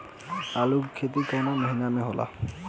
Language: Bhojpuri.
आलू के खेती कवना महीना में होला?